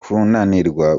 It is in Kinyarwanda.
kunanirwa